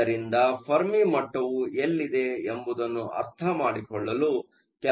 ಆದ್ದರಿಂದ ಫೆರ್ಮಿ ಮಟ್ಟವು ಎಲ್ಲಿದೆ ಎಂಬುದನ್ನು ಅರ್ಥಮಾಡಿಕೊಳ್ಳಲು ಕೆಲವು ಸಂಖ್ಯೆಗಳನ್ನು ರೂಪಿಸೋಣ